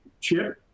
Chip